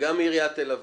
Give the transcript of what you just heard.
וגם מעיריית תל אביב,